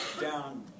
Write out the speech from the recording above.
down